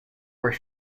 were